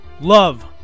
love